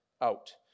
out